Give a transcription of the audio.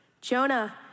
Jonah